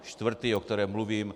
Čtvrtý, o kterém mluvím.